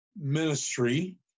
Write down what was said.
ministry